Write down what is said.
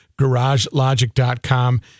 garagelogic.com